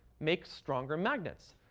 make stronger magnets.